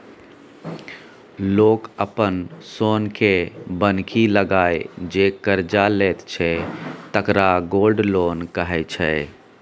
लोक अपन सोनकेँ बन्हकी लगाए जे करजा लैत छै तकरा गोल्ड लोन कहै छै